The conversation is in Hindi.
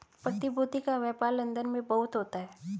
प्रतिभूति का व्यापार लन्दन में बहुत होता है